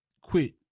quit